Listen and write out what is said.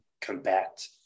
combat